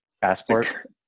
Passport